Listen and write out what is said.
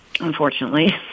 unfortunately